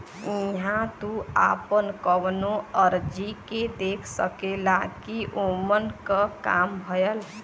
इहां तू आपन कउनो अर्जी के देख सकेला कि ओमन क काम भयल